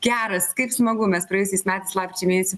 geras kaip smagu mes praėjusiais metais lapkričio mėnesį